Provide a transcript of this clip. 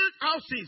houses